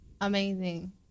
amazing